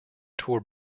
tour